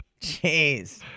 Jeez